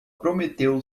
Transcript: prometeu